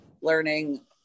learning